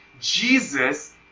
Jesus